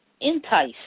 Entice